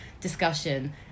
discussion